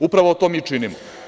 Upravo to mi činimo.